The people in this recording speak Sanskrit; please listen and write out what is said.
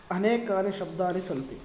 अनेकानि शब्दानि सन्ति